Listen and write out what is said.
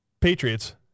Patriots